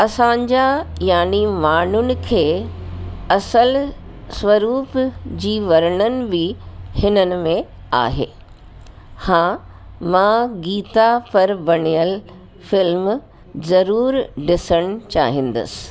असांजा यानी माण्हुनि खे असल स्वरूप जी वर्णन वि हिननि में आहे हा मां गीता पर वणियलु फिल्म ज़रूरु ॾिसणु चाहिंदसि